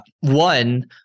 one